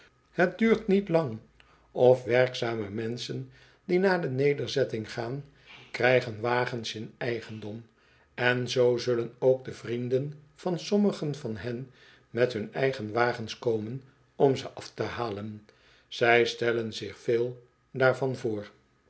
t duurt niet lang of werkzame menschen die naar de nederzetting gaan krijgen wagens in eigendom en zoo zullen ook de vrienden van sommigen van hen met hun eigen wagens komen om ze af te halen zij stellen zich veel daarvan voor